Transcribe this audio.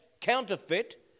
counterfeit